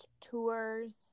tours